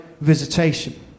visitation